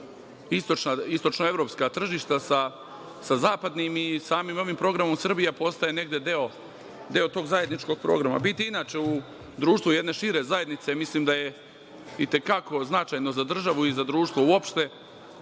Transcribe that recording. istočna evropska tržišta sa zapadnim i samim ovim programom Srbija postaje negde deo tog zajedničkog programa. Biti inače u društvu jedne šire zajednice, mislim da je i te kako značajno za državu i za društvo, uopšte,